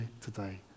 today